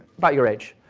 about your age,